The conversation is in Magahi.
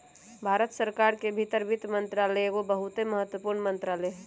भारत सरकार के भीतर वित्त मंत्रालय एगो बहुते महत्वपूर्ण मंत्रालय हइ